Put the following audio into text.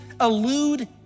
elude